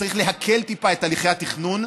צריך להקל טיפה את הליכי התכנון.